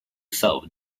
self